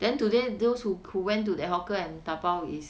then today those who who went to that hawker to 打包 is